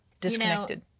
disconnected